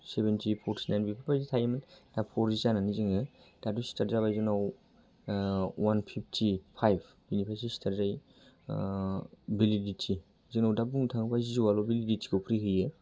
seventy forty nine बेफोरबायदि थायोमोन दा फरजि जानानै जोङो दाथ' स्टार्ट जाबाय जोंनाव अवान फिभटि फाइभ बिनिफ्रायसो स्टार्ट जायो भेलिडिटि जोंनाव दा बुंनो थाङोब्ला जिय'आल' बेलिडिटिखौ फ्रि होयो